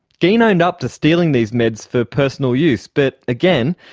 geen owned up to stealing these meds for personal use, but again,